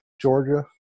Georgia